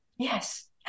Yes